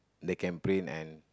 they can print and